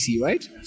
right